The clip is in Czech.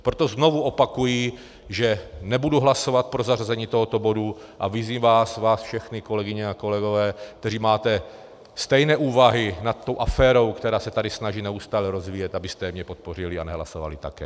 Proto znovu opakuji, že nebudu hlasovat pro zařazení tohoto bodu, a vyzývám vás všechny, kolegyně a kolegové, kteří máte stejné úvahy nad tou aférou, která se tady snaží neustále rozvíjet, abyste mě podpořili a nehlasovali také.